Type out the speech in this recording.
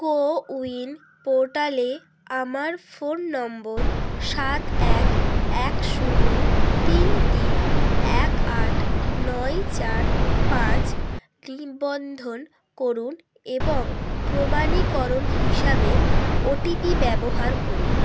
CoWIN পোর্টালে আমার phone number সাত এক এক শূন্য তিন তিন এক আট নয় চার পাঁচ নিবন্ধন করুন এবং প্রমাণীকরণ হিসাবে ওটিপি ব্যবহার করুন